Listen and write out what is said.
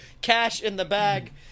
Cash-in-the-bag